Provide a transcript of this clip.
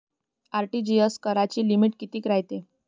RTGS कराची limit कितीक रायते?